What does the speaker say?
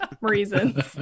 reasons